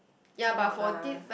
cannot lah